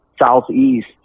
Southeast